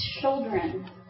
children